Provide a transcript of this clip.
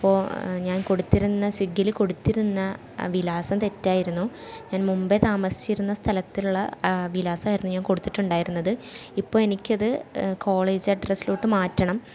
അപ്പോൾ ഞാൻ കൊടുത്തിരുന്ന സ്വിഗ്ഗിയിൽ കൊടുത്തിരുന്ന വിലാസം തെറ്റായിരുന്നു ഞാൻ മുമ്പേ താമസിച്ചിരുന്ന സ്ഥലത്തുള്ള വിലാസമായിരുന്നു ഞാൻ കൊടുത്തിട്ടുണ്ടായിരുന്നത് ഇപ്പോൾ എനിക്കത് കോളേജ് അഡ്രസ്സിലോട്ട് മാറ്റണം